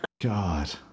God